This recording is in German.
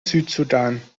südsudan